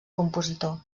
compositor